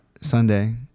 Sunday